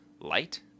light